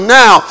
now